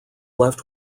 left